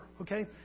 okay